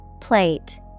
Plate